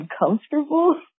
uncomfortable